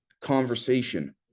conversation